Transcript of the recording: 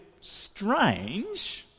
strange